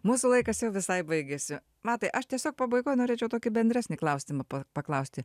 mūsų laikas jau visai baigiasi matai aš tiesiog pabaigoj norėčiau tokį bendresnį klausimą pa paklausti